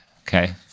Okay